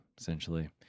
essentially